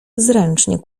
zręcznie